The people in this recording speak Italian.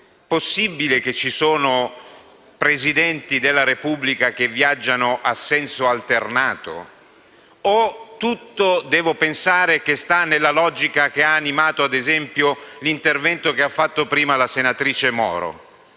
possibile che ci sono Presidenti della Repubblica che viaggiano a senso alternato? O devo pensare che tutto sta nella logica che ha animato, ad esempio, l'intervento che ha fatto prima la senatrice Lo